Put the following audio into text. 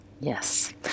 Yes